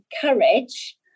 courage